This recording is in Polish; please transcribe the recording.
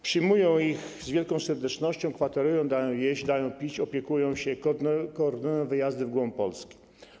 Przyjmują ich z wielką serdecznością, kwaterują, dają jeść, dają pić, opiekują się, koordynują wyjazdy w głąb Polski.